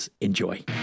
Enjoy